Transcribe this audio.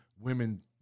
Women